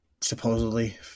supposedly